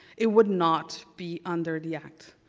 it would not be under the act.